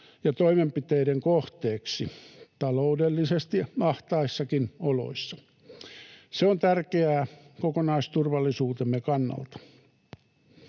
ja toimenpiteiden kohteeksi taloudellisesti ahtaissakin oloissa. Se on tärkeää kokonaisturvallisuutemme kannalta.